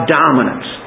dominance